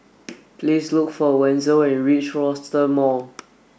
please look for Wenzel when you reach Rochester Mall